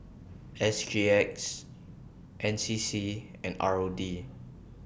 S G X N C C and R O D